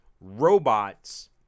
robots